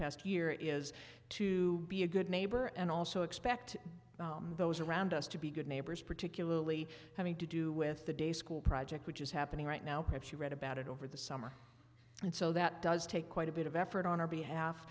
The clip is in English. past year is to be a good neighbor and also expect those around us to be good neighbors particularly having to do with the day school project which is happening right now perhaps you read about it over the summer and so that does take quite a bit of effort on